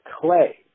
Clay